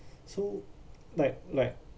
so like like